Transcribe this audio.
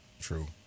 True